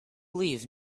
leave